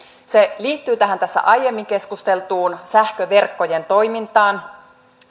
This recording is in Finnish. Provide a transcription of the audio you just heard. se liittyy tässä aiemmin keskusteltuun sähköverkkojen toimintaan